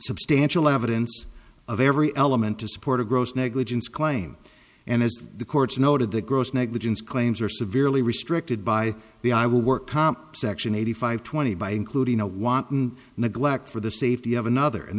substantial evidence of every element to support a gross negligence claim and as the courts noted the gross negligence claims are severely restricted by the i will work comp section eighty five twenty by including a wanton neglect for the safety of another and